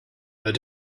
but